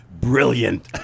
Brilliant